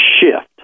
shift